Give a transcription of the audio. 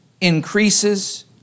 increases